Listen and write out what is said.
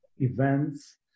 events